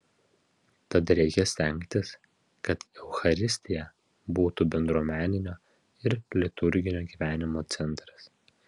tad reikia stengtis kad eucharistija būtų bendruomeninio ir liturginio gyvenimo centras